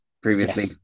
previously